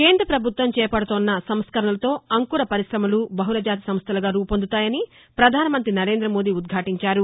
కేంద్ర ప్రభుత్వం చేపడుతోన్న సంస్కరణలతో అంకుర పరిశ్రమలు బహుళ జాతి సంస్లలుగా రూపొందుతాయని పధానమంతి నరేంద మోదీ ఉద్భాటించారు